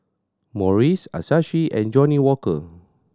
Morries Asahi and Johnnie Walker